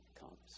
comes